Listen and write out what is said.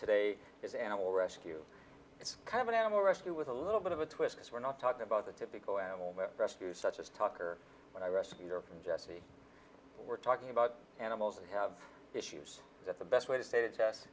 today is animal rescue it's kind of an animal rescue with a little bit of a twist because we're not talking about the typical animal rescues such as tucker but i rescued her jessie we're talking about animals that have issues that the best way to say